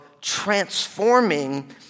transforming